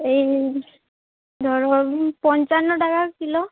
এই ধরুন পঞ্চান্ন টাকা কিলো